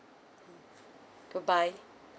mm goodbye